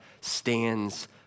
stands